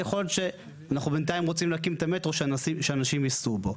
יכול להיות שאנחנו בנתיים רוצים להקים את המטרו שאנשים ייסעו בו.